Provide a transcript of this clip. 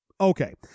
Okay